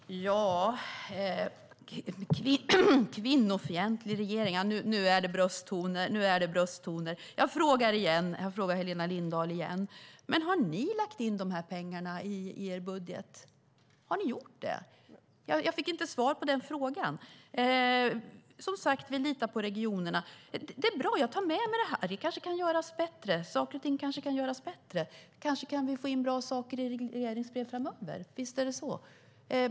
Herr talman! "Kvinnofientlig regering" - nu är det brösttoner. Jag frågar Helena Lindahl igen: Har ni lagt in dessa pengar i er budget? Jag fick inte svar på den frågan. Vi litar som sagt på regionerna, men jag tar med mig detta. Saker och ting kanske kan göras bättre. Vi kanske kan få in bra saker i regleringsbrev framöver.